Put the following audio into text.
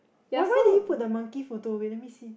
why why did he put the monkey photo wait let me see